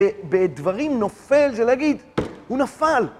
בדברים נופל זה להגיד, הוא נפל.